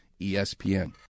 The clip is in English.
ESPN